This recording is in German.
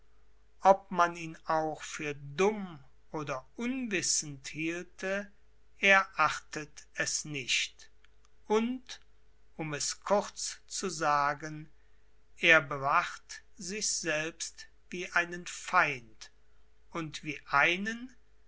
ob man ihn auch für dumm oder unwissend hielte er achtet es nicht und um es kurz zu sagen er bewacht sich selbst wie einen feind und wie einen